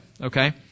Okay